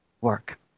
work